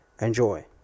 Enjoy